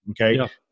Okay